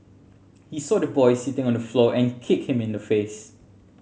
he saw the boy sitting on the floor and kicked him in the face